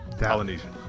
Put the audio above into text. Polynesian